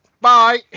Bye